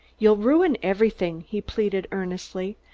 you'll ruin everything, he pleaded earnestly.